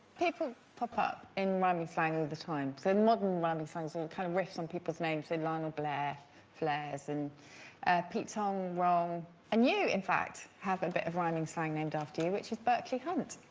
people pop up in rhyming slang all the time so and modern rhyming slang so and kind of riffs on people's names ilana blair flares and pete song wrong a new in fact have a and bit of rhyming slang named after you which is berkeley cunt